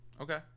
Okay